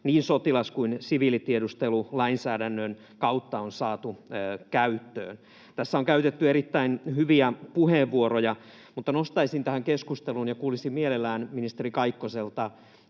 niin sotilas- kuin siviilitiedustelulainsäädännön kautta on saatu käyttöön. Tässä on käytetty erittäin hyviä puheenvuoroja, mutta nostaisin tähän keskusteluun sen, ja kuulisin mielelläni ministeri Kaikkoselta